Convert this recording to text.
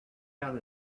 out